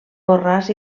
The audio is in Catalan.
borràs